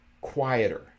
quieter